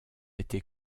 été